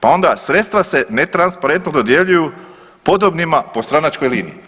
Pa onda sredstva se netransparentno dodjeljuju podobnima po stranačkoj liniji.